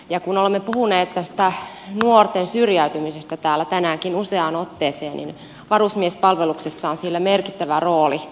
ja kun olemme puhuneet tästä nuorten syrjäytymisestä täällä tänäänkin useaan otteeseen niin varusmiespalveluksella on siellä merkittävä rooli